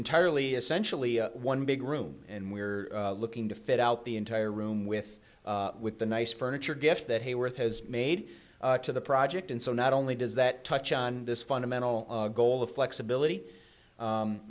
entirely essentially one big room and we're looking to fit out the entire room with with the nice furniture gift that hayworth has made to the project and so not only does that touch on this fundamental goal of flexibility